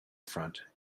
front